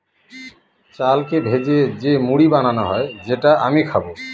চালকে ভেজে যে মুড়ি বানানো হয় যেটা আমি খাবো